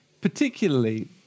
particularly